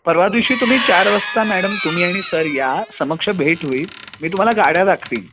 परवा दिवशी तुम्ही चार वाजता मॅडम तुम्ही आणि सर या समक्ष भेट होईल मी तुम्हाला गाड्या दाखवीन